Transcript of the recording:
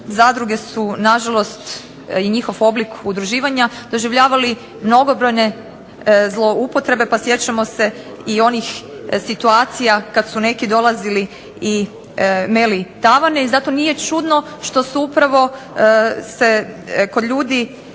zadruge su nažalost i njihov oblik udruživanja doživljavali mnogobrojne zloupotrebe pa sjećamo se i onih situacija kad su neki dolazili i meli tavane i zato nije čudno što su upravo se kod ljudi